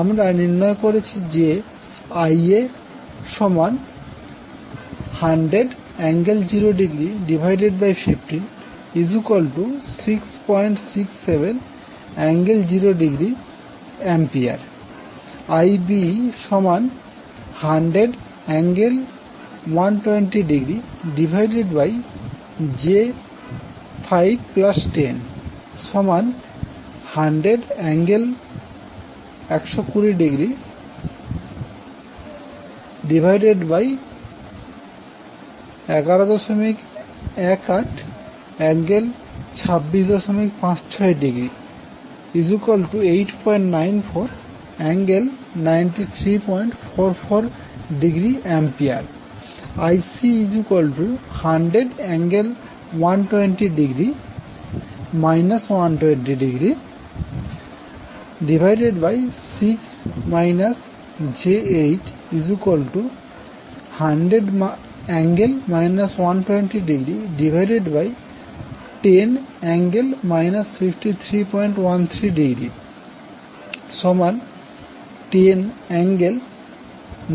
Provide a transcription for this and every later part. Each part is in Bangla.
আমরা নির্ণয় করেছি যে Ia100∠0°15667∠0°A Ib100∠120°10j5100∠120°1118∠2656°894∠9344°A Ic100∠ 120°6 j8100∠ 120°10∠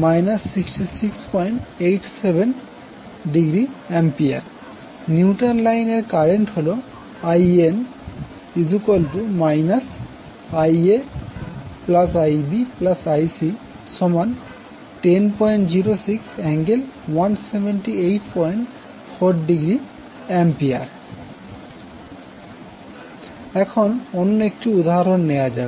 5313°10∠ 6687°A neutral লাইনের কারেন্ট হল In IaIbIc1006∠1784°A এখন অন্য একটি উদাহরণ নেওয়া যাক